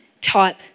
type